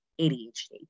ADHD